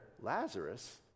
Lazarus